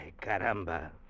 Caramba